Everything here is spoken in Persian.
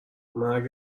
مرگ